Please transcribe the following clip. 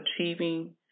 achieving